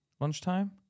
lunchtime